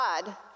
God